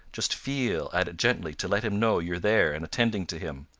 just feel, at it gently to let him know you're there and attending to him.